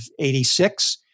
86